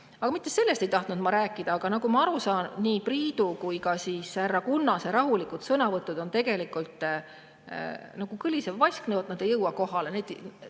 Aga mitte sellest ei tahtnud ma rääkida. Aga nagu ma aru saan, nii Priidu kui ka härra Kunnase rahulikud sõnavõtud on tegelikult nagu kõlisev vasknõu, need ei jõua kohale.